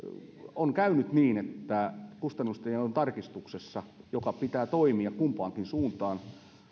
on käynyt niin että kustannustehon tarkistuksessa jonka pitää toimia kumpaankin suuntaan